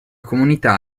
comunità